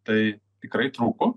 tai tikrai trūko